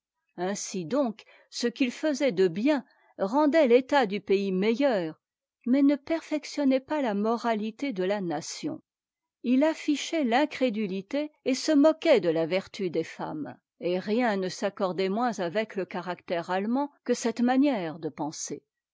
ainsi donc ce qu'il faisait de bien rendait l'état du pays meilleur mais ne perfectionnait pas la moralité de la nation h affichait l'incrédulité et se moquait de la vertu des femmes et rien ne s'accordait moins avec le caractère auemand que cette manière de penser